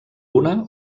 una